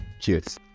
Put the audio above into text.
cheers